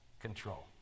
control